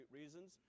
reasons